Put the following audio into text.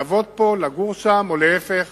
לעבוד פה ולגור שם או להיפך,